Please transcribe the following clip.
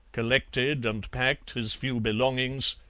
collected and packed his few belongings,